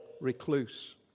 recluse